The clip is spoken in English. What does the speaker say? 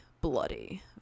bloody